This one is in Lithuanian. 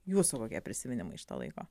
jūsų kokie prisiminimai iš to laiko